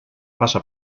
passa